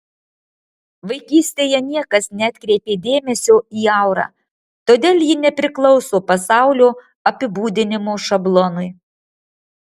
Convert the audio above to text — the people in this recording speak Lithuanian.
vaikystėje niekas neatkreipė dėmesio į aurą todėl ji nepriklauso pasaulio apibūdinimo šablonui